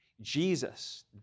Jesus